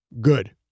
Good